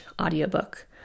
audiobook